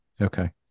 Okay